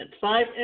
five